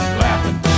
laughing